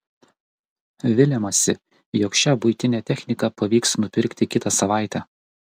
viliamasi jog šią buitinę techniką pavyks nupirkti kitą savaitę